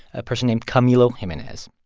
a person named camilo jimenez.